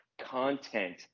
content